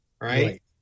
right